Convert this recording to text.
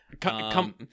Come